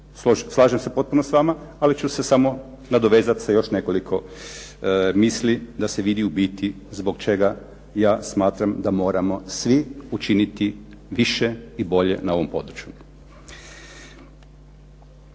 slažem se potpuno s vama ali ću se samo nadovezati sa još nekoliko misli da se vidi u biti zbog čega ja smatram da moramo svi učiniti više i bolje na ovom području.